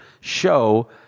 show